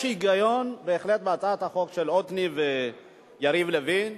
יש היגיון בהחלט בהצעת החוק של עתני ויריב לוין,